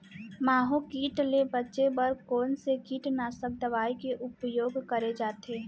माहो किट ले बचे बर कोन से कीटनाशक दवई के उपयोग करे जाथे?